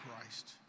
Christ